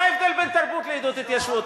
מה ההבדל בין תרבות לעידוד התיישבות?